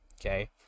Okay